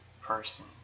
person